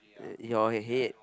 uh your head